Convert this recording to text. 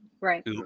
right